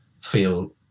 feel